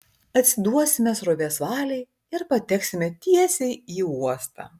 atsiduosime srovės valiai ir pateksime tiesiai į uostą